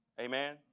amen